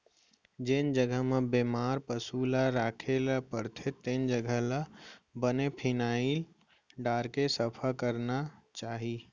जेन जघा म बेमार पसु ल राखे ल परथे तेन जघा ल बने फिनाइल डारके सफा करना चाही